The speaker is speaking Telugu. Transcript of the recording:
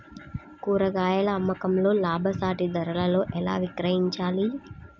కూరగాయాల అమ్మకంలో లాభసాటి ధరలలో ఎలా విక్రయించాలి?